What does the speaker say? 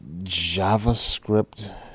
JavaScript